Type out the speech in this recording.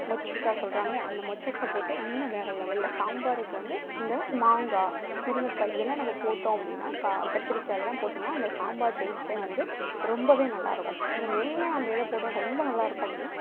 மொச்சக்காய் சொல்லுறாங்க இல்லையா அந்த மொச்சக்காய் போட்டால் இன்னும் வேறு லெவலில் சாம்பாருக்கு வந்து இந்த மாங்காய் முருங்கக்காய் இதெல்லாம் நம்ப போட்டோம் அப்படின்னா கா கத்திரிக்காய் இதெல்லாம் போட்டோன்னா அந்த சாம்பார் டேஸ்ட்டே வந்து ரொம்பவே நல்லா இருக்கும் இதில் மெயினாக நம்ப எத போட்டால் ரொம்ப நல்லா இருக்கும் அப்படின்னா